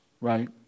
right